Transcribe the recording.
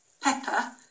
pepper